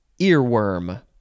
earworm